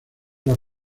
las